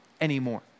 anymore